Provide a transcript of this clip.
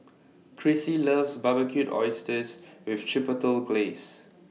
Chrissie loves Barbecued Oysters with Chipotle Glaze